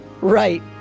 Right